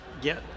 get